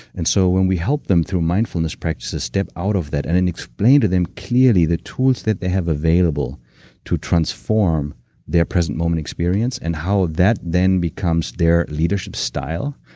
and so when we help them through mindfulness practices, step out of that and and explain to them clearly the tools that they have available to transform their present moment experience and how that then becomes their leadership style.